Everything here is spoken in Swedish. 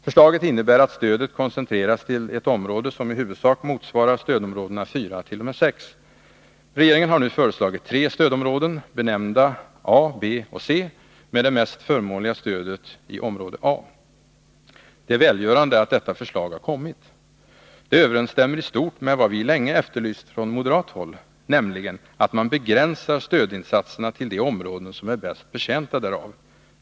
Förslaget innebär att stödet koncentreras till ett område som i huvudsak motsvarar stödområdena 4-6. Regeringen har nu föreslagit tre stödområden — benämnda stödområde A, B resp. C med det mest förmånliga stödet i stödområde A. Det är välgörande att detta förslag har kommit. Det överensstämmer i stort med vad vi länge efterlyst från moderat håll, nämligen att man begränsar stödinsatserna till de områden som är bäst betjänta därav.